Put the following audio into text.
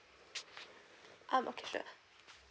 mm okay sure